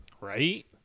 Right